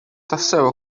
tassew